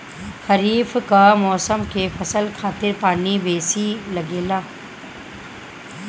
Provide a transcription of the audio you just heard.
खरीफ कअ मौसम के फसल खातिर पानी बेसी लागेला